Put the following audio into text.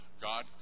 God